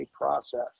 process